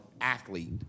athlete